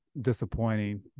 disappointing